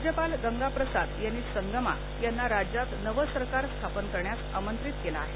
राज्यपाल गंगाप्रसाद यांनी संगमा यांना राज्यात नवं सरकार स्थापन करण्यास आमंत्रित केलं आहे